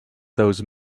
those